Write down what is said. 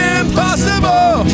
impossible